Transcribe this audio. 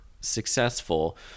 successful